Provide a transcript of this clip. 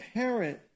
parent